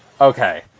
Okay